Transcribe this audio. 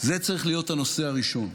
זה צריך להיות הנושא הראשון.